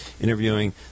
interviewing